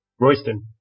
Royston